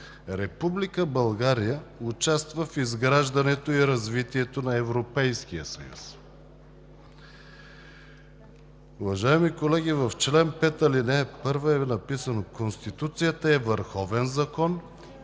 „Република България участва в изграждането и развитието на Европейския съюз.“ Уважаеми колеги, в чл. 5, ал. 1 е написано: „Конституцията е върховен закон